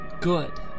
good